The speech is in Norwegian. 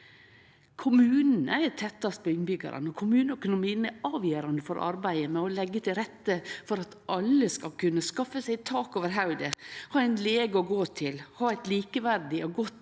Kommunane er tettast på innbyggjarane, og kommuneøkonomien er avgjerande for arbeidet med å leggje til rette for at alle skal kunne skaffe seg tak over hovudet, ha ein lege å gå til, ha eit likeverdig og godt